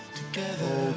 together